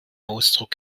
ausdruck